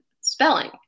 spelling